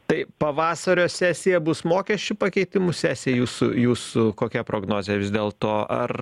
tai pavasario sesija bus mokesčių pakeitimų sesija jūsų jūsų kokia prognozė vis dėl to ar